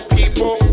people